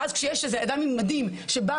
ואז כשיש איזה אדם עם מדים שבא,